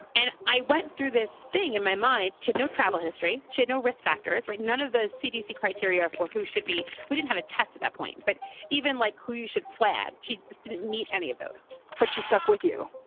and i went through this thing in my mind to know travel history showed no risk factors or like none of the cdc criteria for who should be. we didn't have a test at that point, but even like who you should flag. she didn't meet any of those, but she stuck with you.